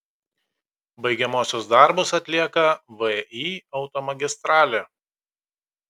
baigiamuosius darbus atlieka vį automagistralė